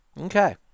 Okay